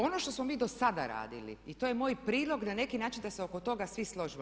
Ono što smo mi do sada radili i to je moj prilog na neki način da se oko toga svi složimo.